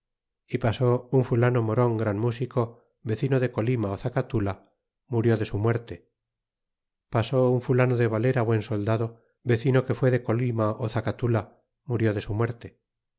y pasó un fulano moron gran músico vecino de colima ó zacatula murió de su muerte pasó un fulano de varela buen soldado vecino que fué de colima ó zacatula murió de su muerte